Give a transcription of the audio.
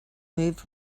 moved